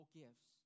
gifts